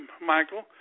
Michael